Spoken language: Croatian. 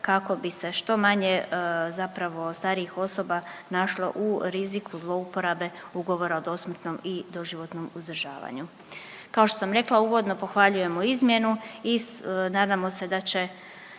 kako bi se što manje zapravo starijih osoba našlo u riziku zlouporabe ugovora o dosmrtnom i doživotnom uzdržavanju. Kao što sam rekla uvodno pohvaljujemo izmjenu i nadamo se da će